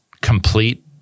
complete